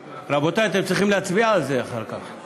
רבותי, אתם צריכים להצביע על זה אחר כך.